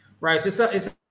Right